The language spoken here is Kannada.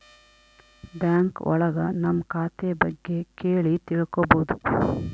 ಬ್ಯಾಂಕ್ ಒಳಗ ನಮ್ ಖಾತೆ ಬಗ್ಗೆ ಕೇಳಿ ತಿಳ್ಕೋಬೋದು